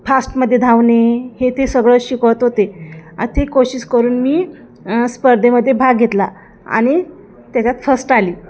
फास्टमध्ये धावणे हे ते सगळं शिकवत होते अशी कोशिश करून मी स्पर्धेमध्ये भाग घेतला आणि त्याच्यात फस्ट आली